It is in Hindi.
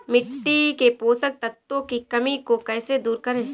मिट्टी के पोषक तत्वों की कमी को कैसे दूर करें?